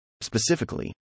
Specifically